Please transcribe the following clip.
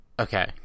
okay